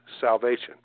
salvation